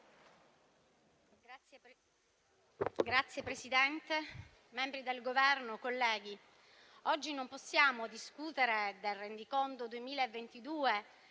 Signor Presidente, membri del Governo, colleghi, oggi non possiamo discutere del rendiconto